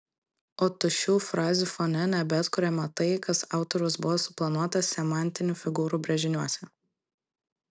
o tuščių frazių fone nebeatkuriama tai kas autoriaus buvo suplanuota semantinių figūrų brėžiniuose